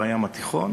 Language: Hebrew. בים התיכון